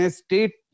state